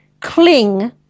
cling